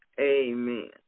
Amen